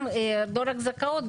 לא רק זכאות,